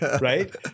right